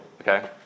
Okay